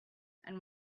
and